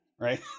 Right